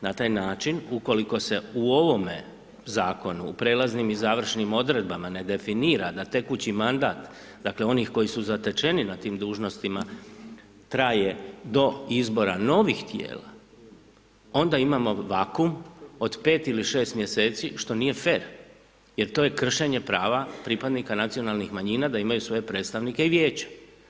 Na taj način ukoliko se u ovome zakonu u prelaznim i završnim odredbama ne definira da tekući mandat, dakle onih koji su zatečeni na tim dužnostima, traje do izbora novih tijela, onda imamo vakum od 5 ili 6 mjeseci, što nije fer, jer to je kršenje prava pripadnika nacionalnih manjina da imaju svoje predstavnike i vijeća.